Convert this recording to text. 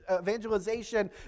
evangelization